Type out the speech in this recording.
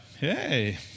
hey